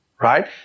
Right